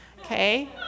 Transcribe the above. okay